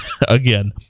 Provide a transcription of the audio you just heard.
again